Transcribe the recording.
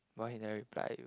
why he never reply you